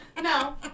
No